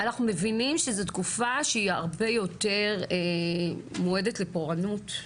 אנחנו מבינים שזו תקופה שהיא הרבה יותר מועדת לפורענות,